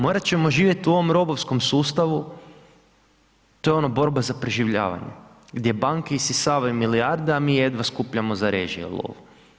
Morati ćemo živjeti u ovom robovskom sustavu, to je ono borba za preživljavanje gdje banke isisavaju milijarde a mi jedva skupljamo za režije lovu.